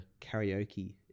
karaoke